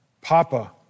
Papa